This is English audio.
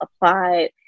applied